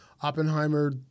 Oppenheimer